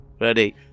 Ready